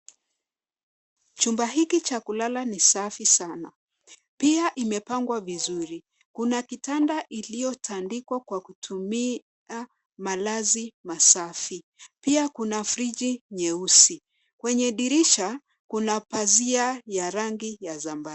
Chumba hiki cha kulala ni safi sana, pia imepangwa vizuri. Kuna kitanda iliyotandikwa kwa kutumia malazi masafi. Pia kuna friji nyeusi. Kwenye dirisha, kuna pazia ya rangi ya zambarau.